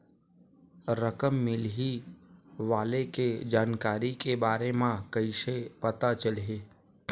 रकम मिलही वाले के जानकारी के बारे मा कइसे पता चलही?